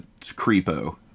creepo